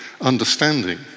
understanding